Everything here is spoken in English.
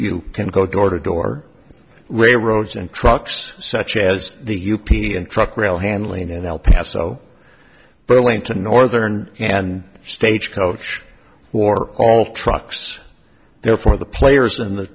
you can go door to door railroads and trucks such as the u p a and truck rail handling in el paso but a link to northern and stagecoach or all trucks there for the players in the